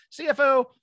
CFO